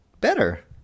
better